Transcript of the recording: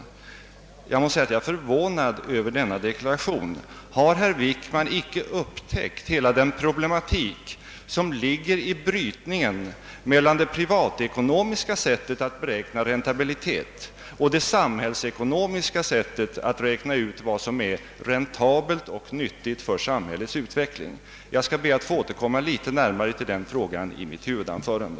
Jag må säga att jag är förvånad över denna deklaration, Har herr Wickman icke upptäckt den problematik som ligger i brytningen mellan det privatekonomiska sättet att beräkna räntabilitet och det samhällsekonomiska sättet att räkna ut vad som är räntabelt och nyttigt för samhällets utveckling? Jag ber att få återkomma närmare till den frågan i mitt huvudanförande.